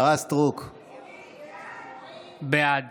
בעד